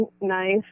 nice